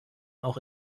auch